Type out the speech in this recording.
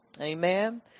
Amen